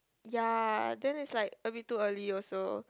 ya then it's like a bit too early also